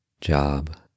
job